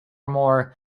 more